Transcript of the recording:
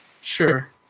Sure